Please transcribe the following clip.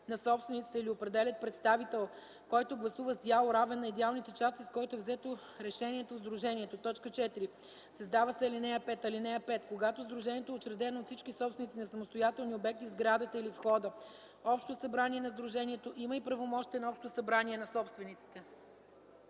на собствениците или определят представител, който гласува с дял, равен на идеалните части, с които е взето решението в сдружението.” 4. Създава се ал. 5: „(5) Когато сдружението е учредено от всички собственици на самостоятелни обекти в сградата или входа, общото събрание на сдружението има и правомощията на общото събрание на собствениците.”